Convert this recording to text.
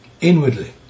inwardly